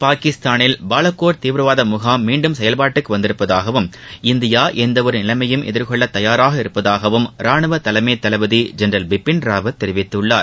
பாகிஸ்தானில் பாலாகோட் தீவிரவாத முகாம் மீண்டும் செயல்பாட்டுக்கு வந்துள்ளதாகவும் இந்தியா எந்தவொரு நிலைமையயும் எதிர்கொள்ள தயாராக இருப்பதாகவும் ரானுவ தலைமைத் தளபதி ஜென்ரல் பிபின் ராவத் தெரிவித்துள்ளார்